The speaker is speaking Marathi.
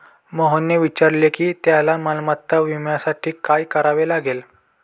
मोहनने विचारले की त्याला मालमत्ता विम्यासाठी काय करावे लागेल?